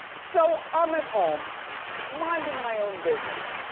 so i'm at home minding my own business.